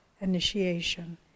initiation